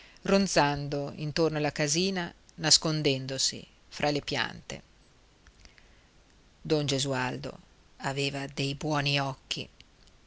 siepe ronzando intorno alla casina nascondendosi fra le piante don gesualdo aveva dei buoni occhi